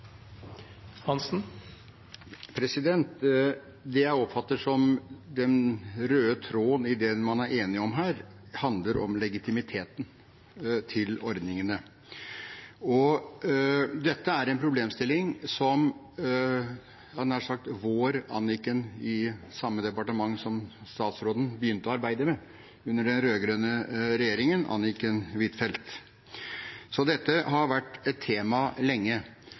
om her, er legitimiteten til ordningene. Dette er en problemstilling som «vår» Anniken – i samme departement som statsråden – begynte å arbeide med under den rød-grønne regjeringen, Anniken Huitfeldt, så dette har vært et tema lenge.